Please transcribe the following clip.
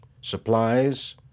supplies